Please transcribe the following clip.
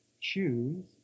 choose